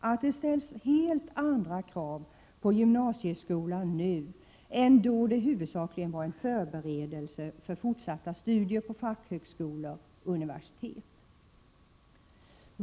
Det ställs alltså helt andra krav på gymnasieskolan nu än tidigare, då den huvudsakligen var en förberedelse för fortsatta studier på fackhögskolor och universitet.